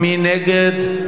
מי נגד?